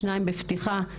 שניים בפתיחה?